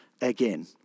again